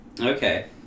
Okay